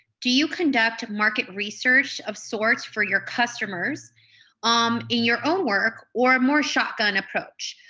do you conduct market research of sorts for your customers um in your own work, or a more shotgun approach?